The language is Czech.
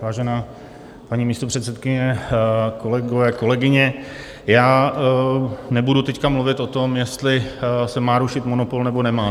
Vážená paní místopředsedkyně, kolegové, kolegyně, já nebudu teď mluvit o tom, jestli se má rušit monopol nebo nemá.